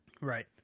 Right